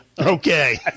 Okay